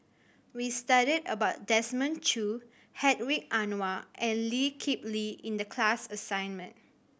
we studied about Desmond Choo Hedwig Anuar and Lee Kip Lee in the class assignment